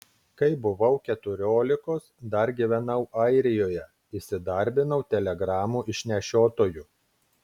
kai buvau keturiolikos dar gyvenau airijoje įsidarbinau telegramų išnešiotoju